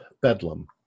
Bedlam